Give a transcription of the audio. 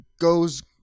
goes